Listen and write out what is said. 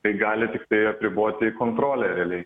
tai gali tiktai apriboti kontrolę realiai